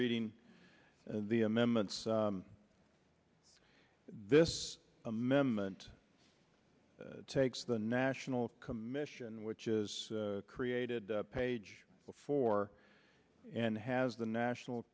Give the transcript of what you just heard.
reading and the amendments this amendment takes the national commission which is created page before and has the national